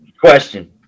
Question